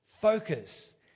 focus